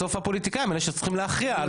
בסוף הפוליטיקאים אלה שצריכים להכריע,